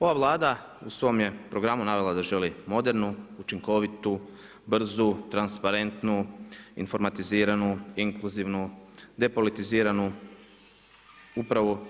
Ova Vlada u svom je programu navela da želi modernu, učinkovitu, brzu, transparentnu informatiziranu, inkluzivnu, depolitiziranu upravu.